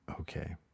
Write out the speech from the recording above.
Okay